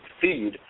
feed